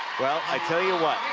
well, i'll tell you what,